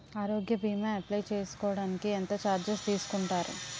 ఆరోగ్య భీమా అప్లయ్ చేసుకోడానికి ఎంత చార్జెస్ తీసుకుంటారు?